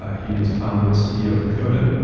ah he is founder and ceo of coda,